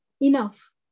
enough